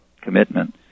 commitment